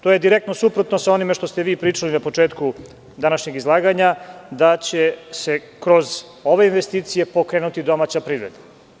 To je direktno suprotno sa onim što ste pričali na početku današnjeg izlaganja, da će se kroz ove investicije pokrenuti domaća privreda.